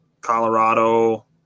Colorado